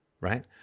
right